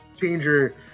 changer